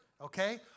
Okay